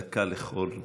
דקה לכל אחד.